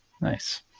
Nice